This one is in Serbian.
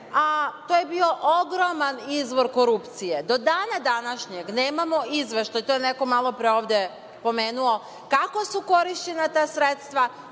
a to je bio ogroman izvor korupcije. Do dana današnjeg nemamo izveštaj, to je neko malopre ovde pomenuo, kako su korišćena ta sredstva,